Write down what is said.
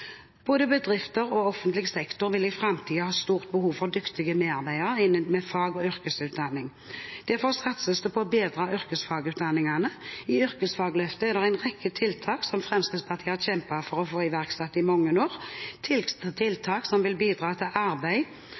Både bedrifter og offentlig sektor vil i framtiden ha stort behov for dyktige medarbeidere med fag- og yrkesutdanning. Derfor satses det på å bedre yrkesfagutdanningene. I Yrkesfagløftet er det en rekke tiltak som Fremskrittspartiet har kjempet for å få iverksatt i mange år, tiltak som vil bidra til arbeid,